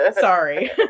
Sorry